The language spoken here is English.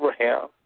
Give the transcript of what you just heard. Abraham